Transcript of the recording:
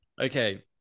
Okay